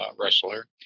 wrestler